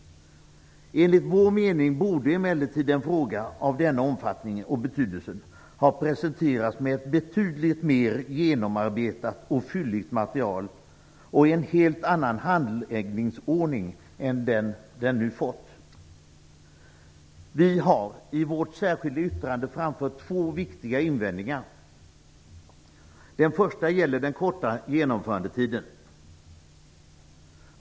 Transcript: Enligt vår mening borde emellertid en fråga av denna omfattning och betydelse ha presenterats med ett betydligt mer genomarbetat och fylligt material och i en helt annan handläggningsordning än den som den nu fått. Vi har i vårt särskilda yttrande framfört två viktiga invändningar. Den första gäller den korta genomförandetiden.